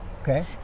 okay